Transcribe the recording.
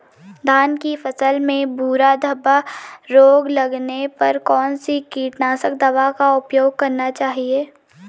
धान की फसल में भूरा धब्बा रोग लगने पर कौन सी कीटनाशक दवा का उपयोग करना चाहिए?